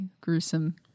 gruesome